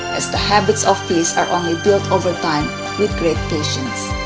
as the habits of peace are only built over time with great patience.